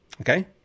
Okay